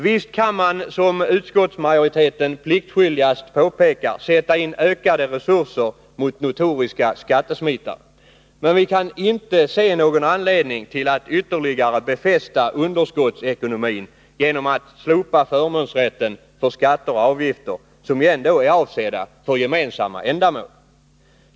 Visst kan man, som utskottsmajoriteten pliktskyldigast påpekar, sätta in ökade resurser mot notoriska skattesmitare. Men vi kan inte se någon anledning till att ytterligare befästa underskottsekonomin genom att slopa förmånsrätten för skatter och avgifter, som ju ändå är avsedda för gemensamma ändamål.